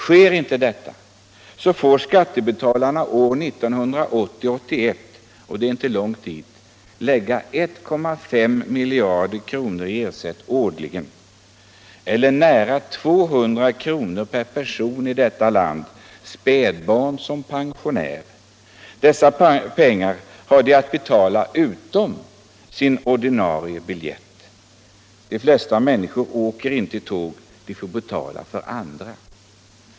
Sker inte detta får skattebetalarna år 1980/81 — och det är inte långt dit — årligen i ersättning betala 1,5 miljarder kronor eller nära 200 kr. per person här i landet, spädbarn som pensionärer. Dessa pengar har de att betala utöver sin ordinarie biljett. De flesta människor åker inte tåg. De får betala för andra.